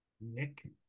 Nick